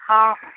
ହଁ